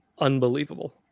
unbelievable